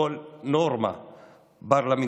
כל נורמה פרלמנטרית,